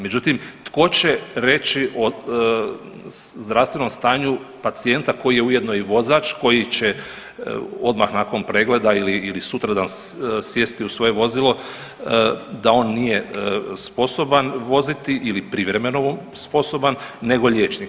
Međutim, tko će reći o zdravstvenom stanju pacijenta koji je ujedno i vozač koji će odmah nakon pregleda ili sutradan sjesti u svoje vozilo da on nije sposoban voziti ili privremeno sposoban nego liječnik.